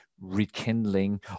rekindling